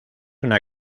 una